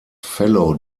fellow